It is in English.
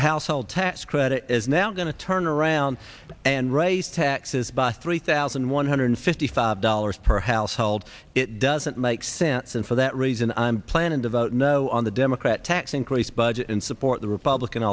household tax credit is now going to turn around and raise taxes by three thousand one hundred fifty five dollars per household it doesn't make sense and for that reason i'm planning to vote no on the democrat tax increase budget and support the republican